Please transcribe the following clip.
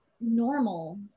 normal